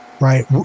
right